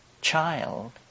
child